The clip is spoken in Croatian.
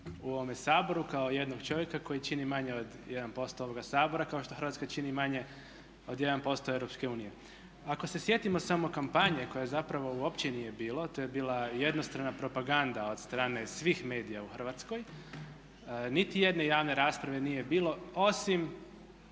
u ovom Saboru kao jednog čovjeka koji čini manje od 1% ovoga Sabora kao što Hrvatska čini manje od 1% Europske unije. Ako se sjetimo samo kampanje koje zapravo uopće nije bilo, to je bila jednostrana propaganda od strane svih medija u Hrvatskoj. Niti jedne javne rasprave nije bilo osim